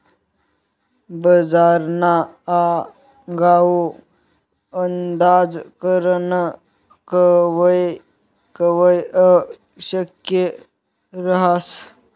बजारना आगाऊ अंदाज करनं कवय कवय अशक्य रहास